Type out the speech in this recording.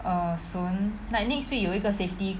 err soon like next week 有一个 safety